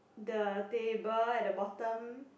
the table at the bottom